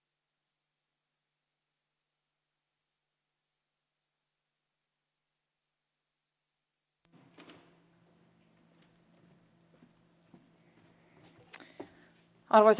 arvoisa puhemies